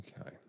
okay